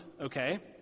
okay